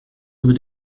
über